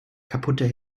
kaputte